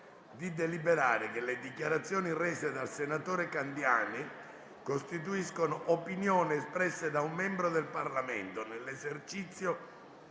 di deliberare che le dichiarazioni rese dal senatore Mario Michele Giarrusso costituiscono opinioni espresse da un membro del Parlamento nell'esercizio